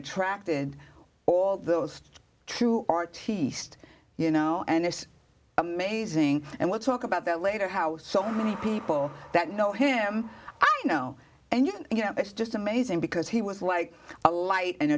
attracted all those true or teased you know and it's amazing and we'll talk about that later how so many people that know him i know and you can you know it's just amazing because he was like a light